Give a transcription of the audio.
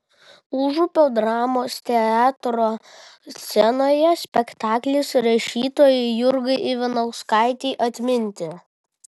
užupio dramos teatro scenoje spektaklis rašytojai jurgai ivanauskaitei atminti